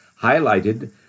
highlighted